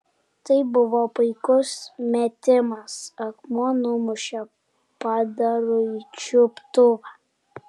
tai buvo puikus metimas akmuo numušė padarui čiuptuvą